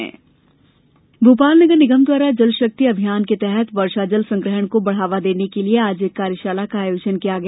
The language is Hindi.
वर्षा जल कार्यशाला भोपाल नगर निगम द्वारा जल शक्ति अभियान के तहत वर्षा जल संग्रहण को बढ़ावा देने के लिये आज एक कार्यशाला का आयोजन किया गया